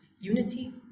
unity